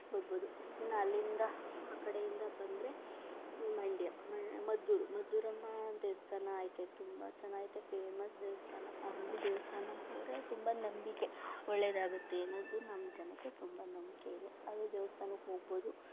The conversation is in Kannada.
ಬರ್ಬೋದು ಇನ್ನು ಅಲ್ಲಿಂದ ಆ ಕಡೆಯಿಂದ ಬಂದರೆ ಮಂಡ್ಯ ಮದ್ದೂರು ಮದ್ದೂರಮ್ಮ ದೇವಸ್ಥಾನ ಇದೆ ತುಂಬ ಚನಾಗಿದೆ ಫೇಮಸ್ ದೇವಸ್ಥಾನ ಅಲ್ಲಿ ದೇವಸ್ಥಾನಕ್ ಹೋದರೆ ತುಂಬ ನಂಬಿಕೆ ಒಳ್ಳೆದಾಗುತ್ತೆ ಅನ್ನೋದು ನಮ್ಮ ಜನಕ್ಕೆ ತುಂಬ ನಂಬಿಕೆ ಇದೆ ಅದು ದೇವಸ್ಥಾನಕ್ ಹೋಗ್ಬೋದು